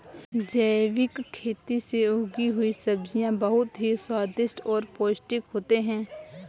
जैविक खेती से उगी हुई सब्जियां बहुत ही स्वादिष्ट और पौष्टिक होते हैं